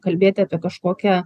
kalbėti apie kažkokią